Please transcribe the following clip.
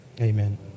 Amen